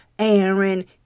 Aaron